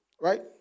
right